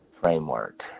framework